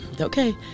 okay